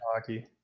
Hockey